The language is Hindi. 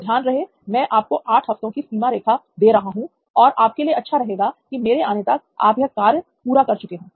तो ध्यान रहे मैं आपको 8 हफ्तों की सीमा रेखा दे रहा हूं और आपके लिए अच्छा रहेगा कि मेरे आने तक आप यह कार्य पूरा कर चुके हो